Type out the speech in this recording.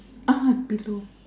ah be to